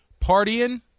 Partying